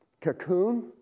cocoon